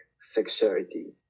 sexuality